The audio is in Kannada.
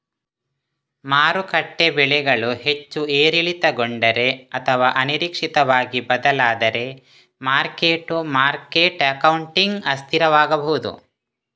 ಮಾರುಕಟ್ಟೆ ಬೆಲೆಗಳು ಹೆಚ್ಚು ಏರಿಳಿತಗೊಂಡರೆ ಅಥವಾ ಅನಿರೀಕ್ಷಿತವಾಗಿ ಬದಲಾದರೆ ಮಾರ್ಕ್ ಟು ಮಾರ್ಕೆಟ್ ಅಕೌಂಟಿಂಗ್ ಅಸ್ಥಿರವಾಗಬಹುದು